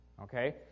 okay